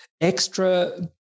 extra